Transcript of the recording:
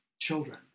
children